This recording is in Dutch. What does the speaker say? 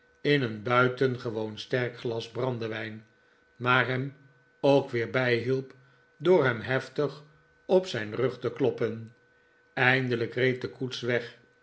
in een buitengewoon sterk glas brandewijn maar hem ook weer bijhielp door hem heftig op zijri rug te kloppen eindelijk reed de koets weg